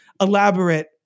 elaborate